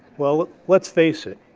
well, let's face it.